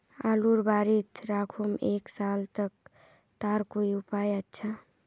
आलूर बारित राखुम एक साल तक तार कोई उपाय अच्छा?